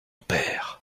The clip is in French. père